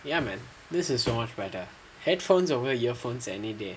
ya man this is so much better headphones over earphones any day